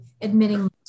admitting